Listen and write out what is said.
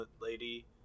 lady